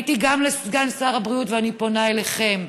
פניתי גם לסגן שר הבריאות, ואני פונה אליכם: